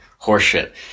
horseshit